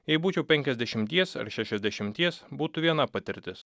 jei būčiau penkiasdešimties ar šešiasdešimties būtų viena patirtis